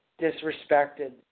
disrespected